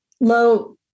low